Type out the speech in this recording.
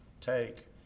take